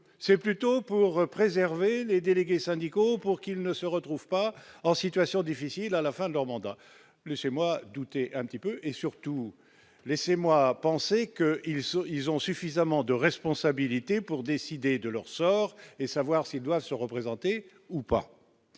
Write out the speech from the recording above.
c'est plutôt pour préserver les délégués syndicaux pour qu'ils ne se retrouvent pas en situation difficile, à la fin de leur mandat, laissez-moi douter un petit peu et surtout laissez-moi penser qu'ils ont, ils ont suffisamment de responsabilités pour décider de leur sort et savoir s'il doit se représenter ou pas